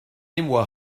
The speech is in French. émoi